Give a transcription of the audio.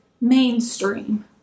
mainstream